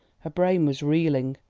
her brain was reeling,